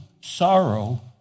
sorrow